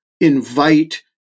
invite